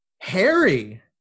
Harry